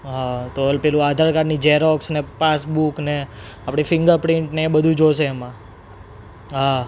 હા તો ઓલ પેલું આધાર કાર્ડની ઝેરોક્સ ને પાસબુક ને આપણી ફિંગરપ્રિન્ટ ને એ બધું જોઇશે એમાં